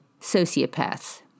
sociopaths